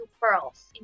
pearls